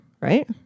right